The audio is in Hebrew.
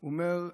הוא אומר: